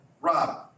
Rob